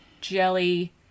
jelly